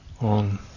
on